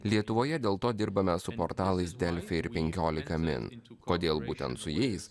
lietuvoje dėl to dirbame su portalais delfi ir penkiolika min kodėl būtent su jais